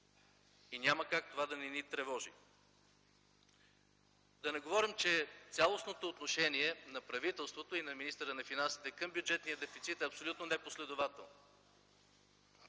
И няма как това да не ни тревожи. Да не говорим, че цялостното отношение на правителството и на министъра на финансите към бюджетния дефицит е абсолютно непоследователно.